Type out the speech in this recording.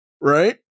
Right